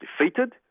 defeated